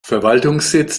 verwaltungssitz